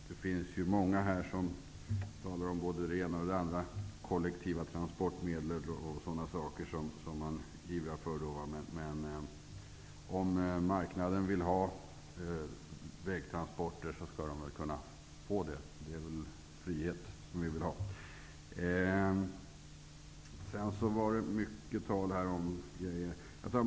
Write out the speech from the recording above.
Det finns många här som har talat om och ivrat för både det ena och det andra kollektiva transportmedlet. Men om marknaden vill ha vägtransporter, skall den väl kunna få det. Det är väl frihet som vi vill ha.